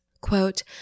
quote